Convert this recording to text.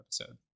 episode